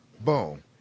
boom